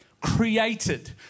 created